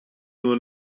nur